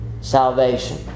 salvation